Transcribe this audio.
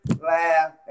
laugh